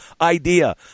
idea